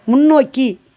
முன்னோக்கி